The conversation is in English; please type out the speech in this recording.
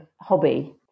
hobby